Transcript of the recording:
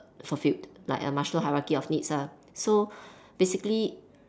fulfilled like a maslow hierarchy of needs lah so basically